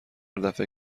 دفه